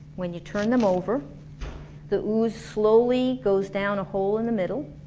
when you turn them over the ooze slowly goes down a hole in the middle